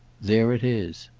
there it is.